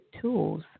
tools